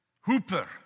Hooper